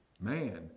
man